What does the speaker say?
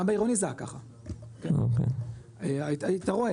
גם בעירוני זה היה ככה, היית רואה